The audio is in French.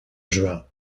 juin